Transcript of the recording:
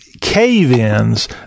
cave-ins